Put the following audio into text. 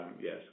yes